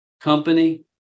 company